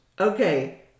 Okay